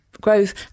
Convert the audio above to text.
growth